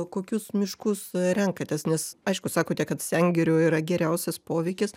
kokius miškus renkatės nes aišku sakote kad sengirių yra geriausias poveikis